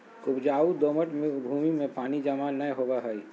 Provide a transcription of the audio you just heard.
उपजाऊ दोमट भूमि में पानी जमा नै होवई हई